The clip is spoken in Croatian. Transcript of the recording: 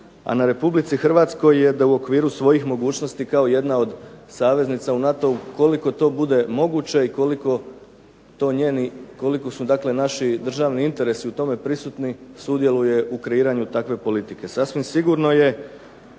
a na Republici Hrvatskoj je da u okviru svojih mogućnosti kao jedna od saveznica u NATO-u koliko to bude moguće i koliko su naši državni interesi prisutni u tome, sudjeluje u kreiranju takve politike.